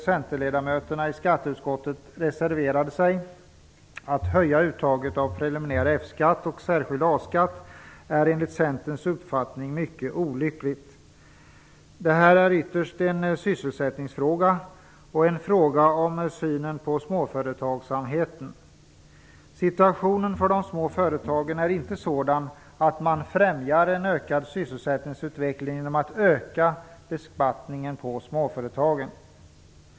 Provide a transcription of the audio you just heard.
Reservation 7 behandlar preliminär F skatt och särskild A-skatt är enligt Centerns uppfattning mycket olyckligt. Det här är ytterst en sysselsättningsfråga och en fråga om synen på småföretagsamheten. Situationen för de små företagen är inte sådan att man främjar en ökad sysselsättningsutveckling genom att öka beskattningen av småföretagen.